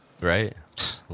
Right